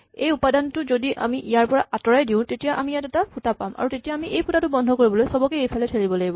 এই উপাদানটো যদি আমি ইয়াৰ পৰা আঁতৰাই দিয়ো তেতিয়া আমি ইয়াত এটা ফুটা পাম আৰু তেতিয়া আমি সেই ফুটাটো বন্ধ কৰিবলৈ চবকে এইফালে থেলিব লাগিব